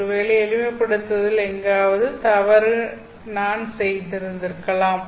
ஒருவேளை எளிமைப்படுத்தலில் எங்காவது தவறு நான் செய்திருக்கலாம்